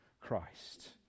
Christ